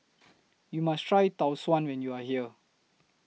YOU must Try Tau Suan when YOU Are here